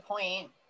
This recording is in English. point